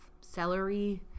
celery